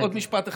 עוד משפט אחד.